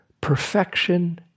Perfection